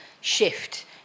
shift